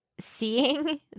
seeing